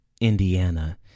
Indiana